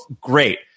great